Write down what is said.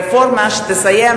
רפורמה שתסייע מאוד לחולים,